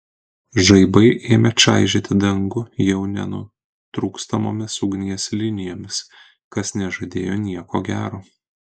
žaibai ėmė čaižyti dangų jau nenutrūkstamomis ugnies linijomis kas nežadėjo nieko gero